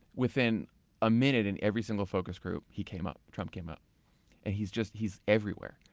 within a minute, in every single focus group, he came up, trump came up and he's just, he's everywhere.